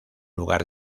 lugar